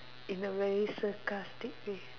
in a very sarcastic way